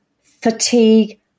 fatigue